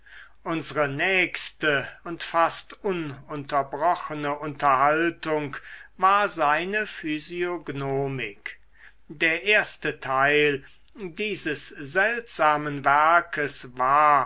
unsre nächste und fast ununterbrochene unterhaltung war seine physiognomik der erste teil dieses seltsamen werkes war